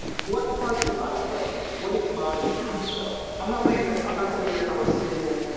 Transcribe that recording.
what part can i play? what is my israel? i'm not leaving. i'm not going to be a palestinian.